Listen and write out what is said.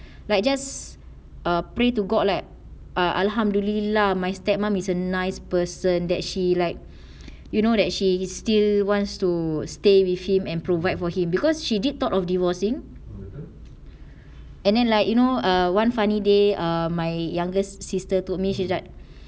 like just err pray to god lah alhamdulillah my step mum is a nice person that she like you know that she is still wants to stay with him and provide for him because she did thought of divorcing and then like you know err one funny day err my youngest sister told me she's like